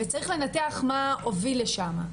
וצריך לנתח מה הוביל לשם.